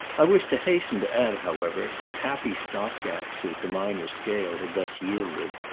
i was to hasten to add however that, happy stopgaps as the minor scale had thus yielded,